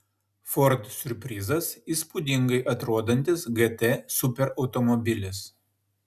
ford siurprizas įspūdingai atrodantis gt superautomobilis